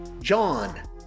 John